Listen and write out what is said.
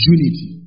Unity